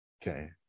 Okay